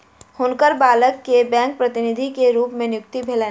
हुनकर बालक के बैंक प्रतिनिधि के रूप में नियुक्ति भेलैन